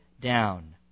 down